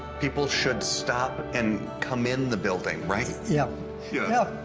people should stop and come in the building, right? yeah yeah,